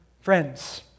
Friends